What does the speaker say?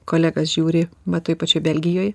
kolegas žiūri va toj pačioj belgijoj